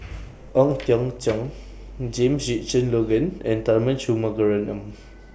Ong Teng Cheong James Richardson Logan and Tharman Shanmugaratnam